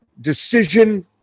decision